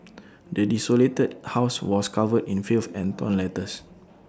the desolated house was covered in filth and torn letters